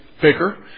picker